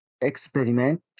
experiment